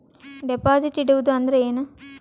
Deposit ಇಡುವುದು ಅಂದ್ರ ಏನ?